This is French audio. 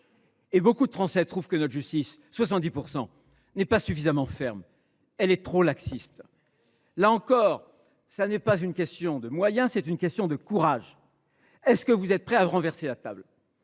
Et beaucoup de Français – 70 %– trouvent que notre justice n’est pas suffisamment ferme ; elle est trop laxiste. Là encore, ce n’est pas une question de moyens ; c’est une question de courage. Êtes vous prêt à renverser la table,